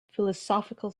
philosophical